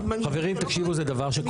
חברים, תקשיבו, זה דבר שקורה.